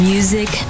Music